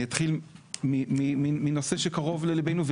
אני אתחיל מנושא שקרוב לליבנו,